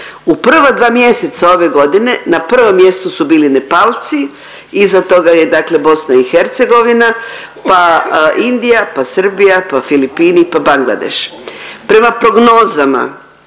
U prva dva mjeseca ove godine na prvom mjestu su bili Nepalci, iza toga je dakle BiH, pa Indija, pa Srbija, pa Filipini, pa Bangladeš. Prema prognozama